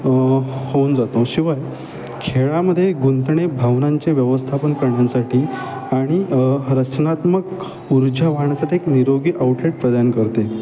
हो होऊन जातो शिवाय खेळामध्ये गुंत भावनांचे व्यवस्थापन करण्यासाठी आणि रचनात्मक उर्जा वाढण्यासाठी एक निरोगी आउटलेट प्रदान करते